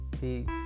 Peace